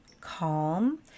calm